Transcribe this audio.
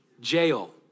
Jail